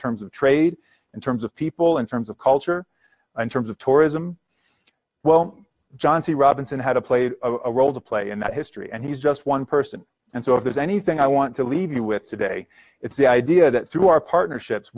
terms of trade in terms of people in terms of culture and terms of tourism well john c robinson had a played a role to play in that history and he's just one person and so if there's anything i want to leave you with today it's the idea that through our partnerships